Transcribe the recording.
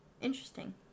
interesting